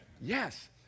yes